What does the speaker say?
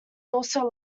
also